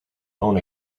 own